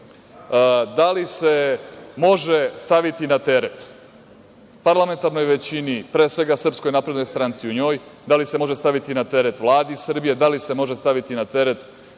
da li se može staviti na teret parlamentarnoj većini, pre svega SNS u njoj, da li se može staviti na teret Vladi Srbije, da li se može staviti na teret